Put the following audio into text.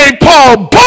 Paul